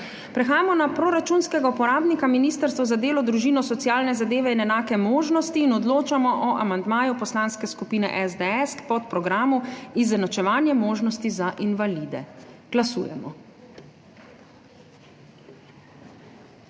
Prehajamo na proračunskega uporabnika Ministrstvo za delo, družino, socialne zadeve in enake možnosti in odločamo o amandmaju Poslanske skupine SDS k podprogramu Izenačevanje možnosti za invalide. Glasujemo.